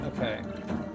Okay